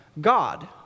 God